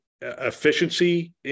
efficiency